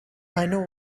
know